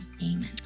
amen